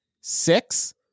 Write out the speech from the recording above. six